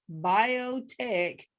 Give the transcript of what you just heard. Biotech